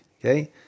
Okay